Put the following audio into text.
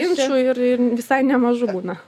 ginčų ir ir visai nemažų būna